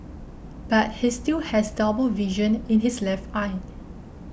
but he still has double vision in his left eye